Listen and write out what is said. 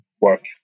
work